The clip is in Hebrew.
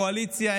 קואליציה,